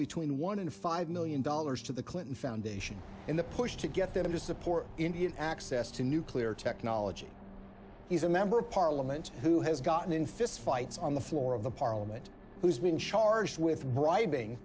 between one and five million dollars to the clinton foundation in the push to get them to support indian access to nuclear technology he's a member of parliament who has gotten in fistfights on the floor of the parliament who's been charged with bribing